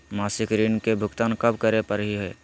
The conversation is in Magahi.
मासिक ऋण के भुगतान कब करै परही हे?